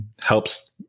helps –